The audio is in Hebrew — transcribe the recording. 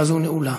הרווחה והבריאות.